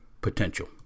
potential